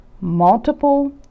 multiple